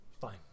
Fine